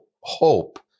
hope